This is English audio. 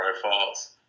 profiles